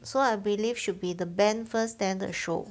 so I believe should be the band first then the show